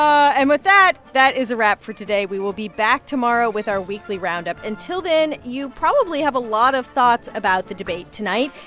and with that, that is a wrap for today. we will be back tomorrow with our weekly roundup. until then, you probably have a lot of thoughts about the debate tonight.